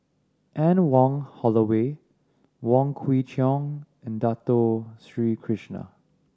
Anne Wong Holloway Wong Kwei Cheong and Dato Sri Krishna